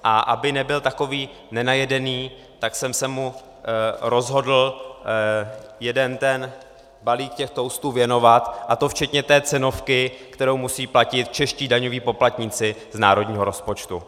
A aby nebyl takový nenajedený, tak jsem se mu rozhodl jeden ten balík toustů věnovat, a to včetně té cenovky, kterou musí platit čeští daňoví poplatníci z národního rozpočtu.